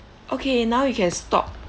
okay now you can stop